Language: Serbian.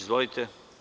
Izvolite.